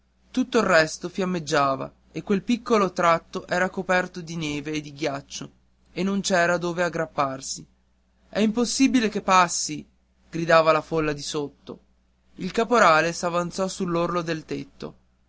tutto il resto fiammeggiava e quel piccolo tratto era coperto di neve e di ghiaccio e non c'era dove aggrapparsi è impossibile che passi gridava la folla di sotto il caporale s'avanzò sull'orlo del tetto